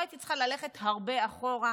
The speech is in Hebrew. ולא הייתי צריכה ללכת הרבה אחורה.